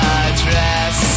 address